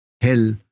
hell